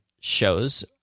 shows